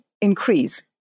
increase